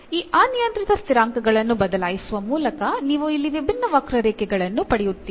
ಈ ಅನಿಯಂತ್ರಿತ ಸ್ಥಿರಾಂಕಗಳನ್ನು ಬದಲಾಯಿಸುವ ಮೂಲಕ ನೀವು ಇಲ್ಲಿ ವಿಭಿನ್ನ ವಕ್ರರೇಖೆಗಳನ್ನು ಪಡೆಯುತ್ತೀರಿ